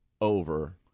Over